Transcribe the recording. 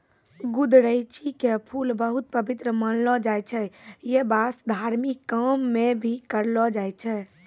गुदरैंची के फूल बहुत पवित्र मानलो जाय छै यै वास्तं धार्मिक काम मॅ भी करलो जाय छै